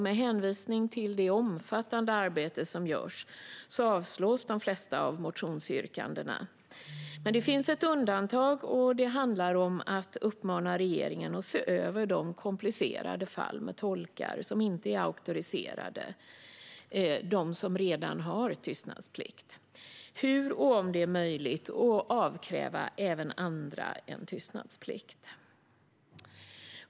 Med hänvisning till det omfattande arbete som görs avstyrks de flesta motionsyrkandena. Men det finns ett undantag, och det handlar om att uppmana regeringen att se över de komplicerade fallen med tolkar som inte är auktoriserade och som redan har tystnadsplikt. Det handlar om huruvida det är möjligt att avkräva även andra en tystnadsplikt.